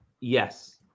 Yes